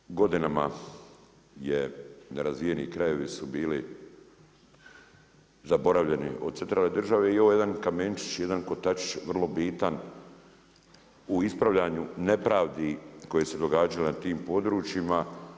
Inače godinama je nerazvijeni krajevi su bili zaboravljeni od centralne države i ovo je jedan kamenčić, jedan kotačić vrlo bitan u ispravljanju nepravdi koje su se događale nad tim područjima.